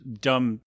dumb